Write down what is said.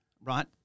right